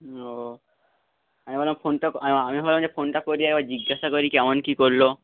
ও আমি ভাবলাম ফোনটা আমি ভাবলাম যে ফোনটা করি একবার জিজ্ঞাসা করি কেমন কী করল